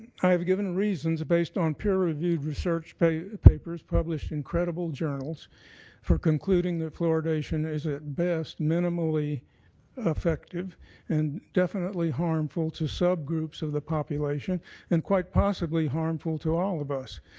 i have given reasons based on peer reviewed research papers published incredible journals for concluding the fluoridation is at best minimally effective and definitely harmful to sub groups of the population and quite possibly harmful to all of us.